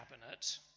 cabinet